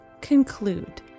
conclude